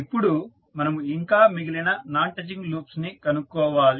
ఇప్పుడు మనము ఇంకా మిగిలిన నాన్ టచింగ్ లూప్స్ ని కనుక్కోవాలి